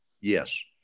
Yes